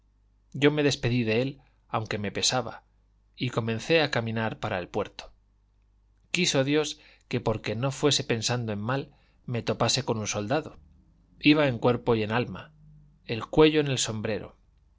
yo me despedí de él aunque me pesaba y comencé a caminar para el puerto quiso dios que porque no fuese pensando en mal me topase con un soldado iba en cuerpo y en alma el cuello en el sombrero